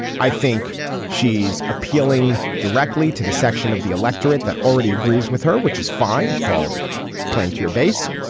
i think she's appealing directly to the section of the electorate that already agrees with her which is fine. it's called playing to your base.